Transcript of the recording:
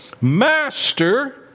Master